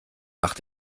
mach